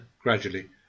gradually